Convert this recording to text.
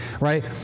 right